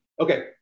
Okay